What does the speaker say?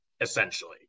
essentially